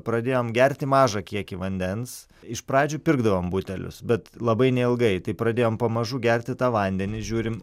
pradėjom gerti mažą kiekį vandens iš pradžių pirkdavom butelius bet labai neilgai tai pradėjom pamažu gerti tą vandenį žiūrim